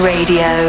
Radio